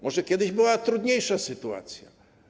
Może kiedyś była trudniejsza sytuacja.